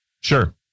sure